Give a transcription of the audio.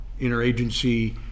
interagency